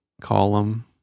column